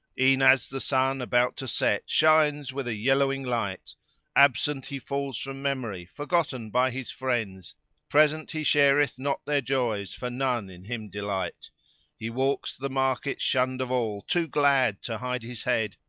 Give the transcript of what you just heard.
e'en as the sun about to set shines with a yellowing light absent he falls from memory, forgotten by his friends present he shareth not their joys for none in him delight he walks the market shunned of all, too glad to hide his head,